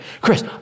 Chris